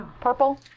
purple